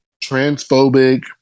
transphobic